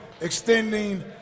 extending